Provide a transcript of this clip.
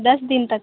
دس دن تک